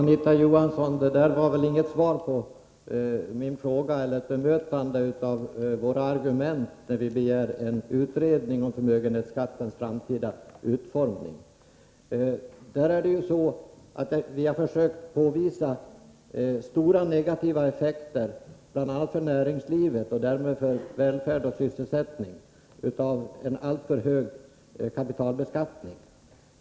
Fru talman! Detta var väl inget svar på mina frågor eller något bemötande av våra argument för att begära en utredning om förmögenhetsskattens framtida utformning. Vi har försökt påvisa stora negativa effekter — bl.a. för näringslivet och därmed för välfärden och sysselsättningen — av en alltför hög kapitalbeskattning.